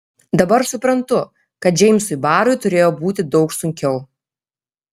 dabar suprantu kad džeimsui barui turėjo būti daug sunkiau